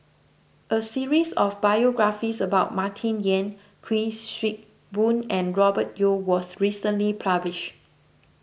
a series of biographies about Martin Yan Kuik Swee Boon and Robert Yeo was recently published